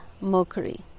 Mercury